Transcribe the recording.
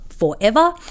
forever